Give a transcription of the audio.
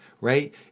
right